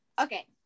Okay